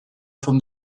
from